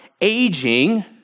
aging